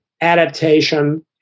adaptation